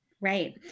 Right